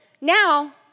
now